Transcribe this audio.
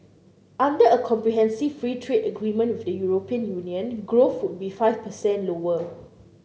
under a comprehensive free trade agreement with the European Union growth would be five percent lower